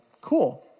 Cool